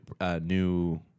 new